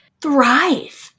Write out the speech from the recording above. thrive